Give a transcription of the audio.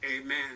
Amen